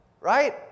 Right